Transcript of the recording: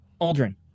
Aldrin